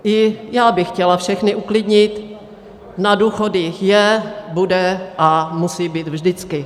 I já bych chtěla všechny uklidnit: na důchody je, bude a musí být vždycky.